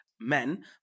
men